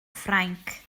ffrainc